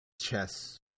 Chess